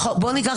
לא מנומס.